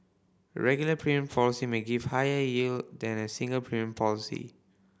a regular premium policy may give higher yield than a single premium policy